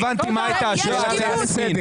לא הבנתי מה הייתה השאלה ליסמין.